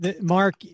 Mark